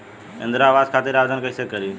इंद्रा आवास खातिर आवेदन कइसे करि?